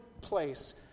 place